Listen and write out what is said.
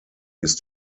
ist